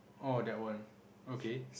oh that one okay